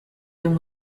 than